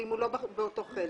ואם הוא לא באותו חלק.